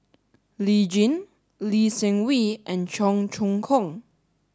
Lee Tjin Lee Seng Wee and Cheong Choong Kong